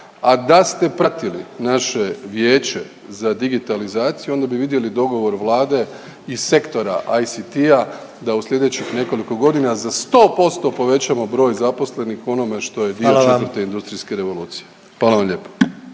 A da ste pratili naše Vijeće za digitalizaciju, onda bi vidjeli dogovor Vlade i Sektora ICT-a da u sljedećih nekoliko godina za 100% povećamo broj zaposlenih u onome što je dio … …/Upadica predsjednik: Hvala vam./… … četvrte